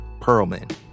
Perlman